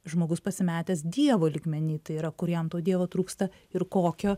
žmogus pasimetęs dievo lygmeny tai yra kur jam to dievo trūksta ir kokio